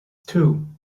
two